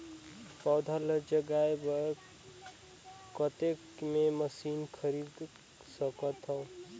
पौधा ल जगाय बर कतेक मे मशीन खरीद सकथव?